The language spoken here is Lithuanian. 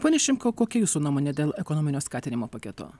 pone šimkau kokia jūsų nuomonė dėl ekonominio skatinimo paketo